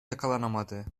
yakalanamadı